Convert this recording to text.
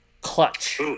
Clutch